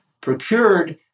procured